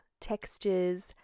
textures